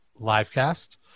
livecast